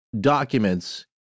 documents